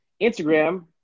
Instagram